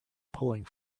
pulling